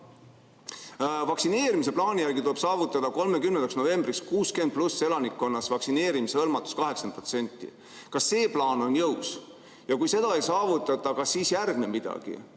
Vaktsineerimisplaani järgi tuleb saavutada 30. novembriks 60+ elanikkonnas vaktsineerimisega hõlmatus 80%. Kas see plaan on jõus ja kui seda ei saavutata, kas siis järgneb midagi?